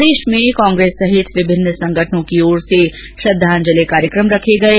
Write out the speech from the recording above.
प्रदेश में कांग्रेस सहित विभिन्न संगठनों की ओर से श्रद्दांजलि कार्यक्रम रखे गये